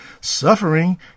suffering